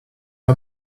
mam